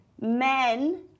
Men